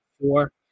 four